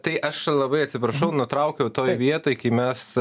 tai aš labai atsiprašau nutraukiau toj vietoj kai mes